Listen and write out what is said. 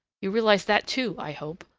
you realize that, too, i hope.